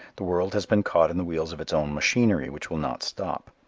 the world has been caught in the wheels of its own machinery which will not stop.